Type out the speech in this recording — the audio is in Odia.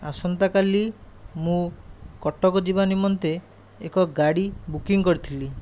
ଆସନ୍ତା କାଲି ମୁଁ କଟକ ଯିବା ନିମନ୍ତେ ଏକ ଗାଡ଼ି ବୁକିଂ କରିଥିଲି